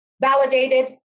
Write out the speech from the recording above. validated